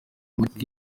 marc